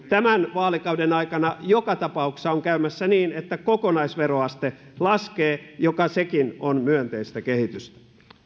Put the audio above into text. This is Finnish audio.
tämän vaalikauden aikana joka tapauksessa on käymässä niin että kokonaisveroaste laskee mikä sekin on myönteistä kehitystä